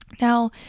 Now